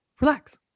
relax